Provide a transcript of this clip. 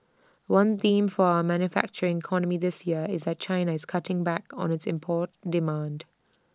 one theme for our manufacturing economy this year is that China is cutting back on its import demand